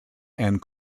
and